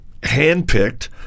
handpicked